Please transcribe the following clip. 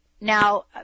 now